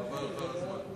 חבל לך על הזמן.